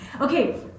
Okay